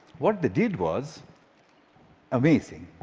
what they did was amazing.